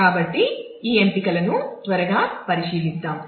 కాబట్టి ఈ ఎంపికలను త్వరగా పరిశీలిద్దాం